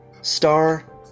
star